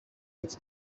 its